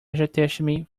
rajasthani